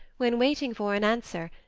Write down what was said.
when, waiting for an answer,